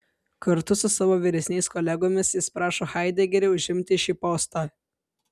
kartu su savo vyresniais kolegomis jis prašo haidegerį užimti šį postą